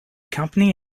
company